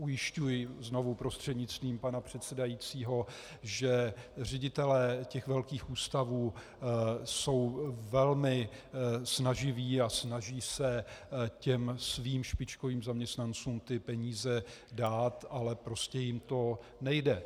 Ujišťuji vás znovu prostřednictvím pana předsedajícího, že ředitelé velkých ústavů jsou velmi snaživí a snaží se svým špičkovým zaměstnancům ty peníze dát, ale prostě jim to nejde.